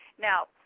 Now